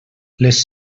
les